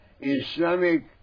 Islamic